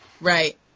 Right